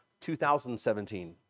2017